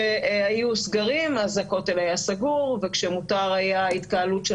כשהיו סגרים אז הכותל היה סגור וכשמותר היה התקהלות של